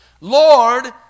Lord